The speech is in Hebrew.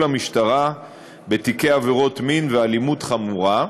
המשטרה בתיקי עבירות מין ואלימות חמורה,